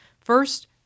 First